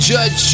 Judge